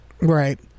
Right